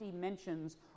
mentions